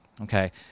okay